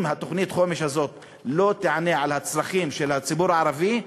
אם תוכנית החומש הזאת לא תענה על הצרכים של הציבור הערבי,